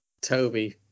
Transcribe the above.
Toby